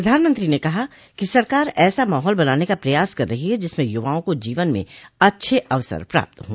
प्रधानमंत्री ने कहा कि सरकार ऐसा माहौल बनाने का प्रयास कर रही है जिसमें युवाओं को जीवन में अच्छ अवसर प्राप्त हों